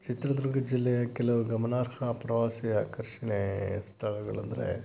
ಚಿತ್ರದುರ್ಗ ಜಿಲ್ಲೆಯ ಕೆಲವು ಗಮನಾರ್ಹ ಪ್ರವಾಸಿ ಆಕರ್ಷಣೇ ಸ್ಥಳಗಳಂದರೆ